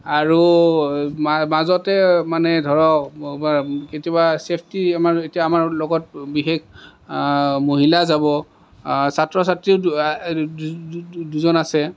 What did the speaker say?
আৰু মাজতে মানে ধৰক কেতিয়াবা চেফটি মানে এতিয়া আমাৰ লগত বিশেষ মহিলা যাব ছাত্ৰ ছাত্ৰীও দুজন আছে